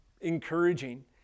encouraging